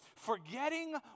Forgetting